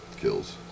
kills